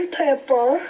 purple